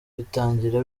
bitangira